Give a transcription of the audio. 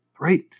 right